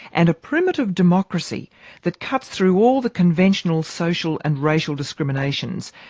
and a primitive democracy that cuts through all the conventional social and racial discriminations.